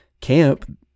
camp